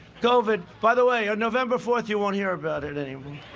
covid by the way, on november fourth, you won't hear about it anymore.